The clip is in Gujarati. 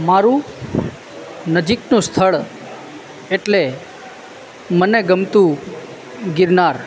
મારું નજીકનું સ્થળ એટલે મને ગમતું ગિરનાર